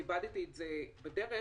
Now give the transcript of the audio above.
איבדתי את זה בדרך,